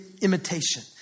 imitation